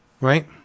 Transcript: right